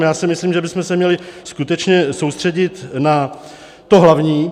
Já si myslím, že bychom se měli skutečně soustředit na to hlavní.